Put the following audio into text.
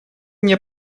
мне